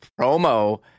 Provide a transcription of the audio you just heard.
promo